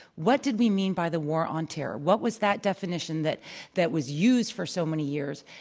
what did we mean by the war on terror? what was that definition that that was used for so many years?